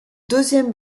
deuxième